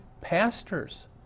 pastors